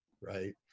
right